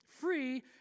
free